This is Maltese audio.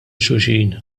xulxin